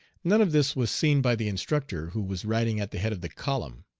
none of this was seen by the instructor, who was riding at the head of the column.